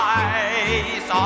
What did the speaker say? eyes